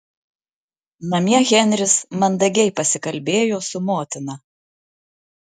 namie henris mandagiai pasikalbėjo su motina